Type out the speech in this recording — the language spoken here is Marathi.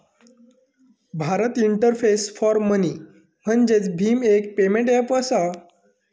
भारत इंटरफेस फॉर मनी म्हणजेच भीम, एक पेमेंट ऐप असा